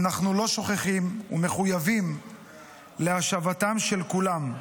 אנחנו לא שוכחים, ומחויבים להשבתם של כולם.